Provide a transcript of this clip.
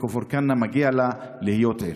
ולכפר כנא מגיע להיות עיר.